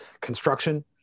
Construction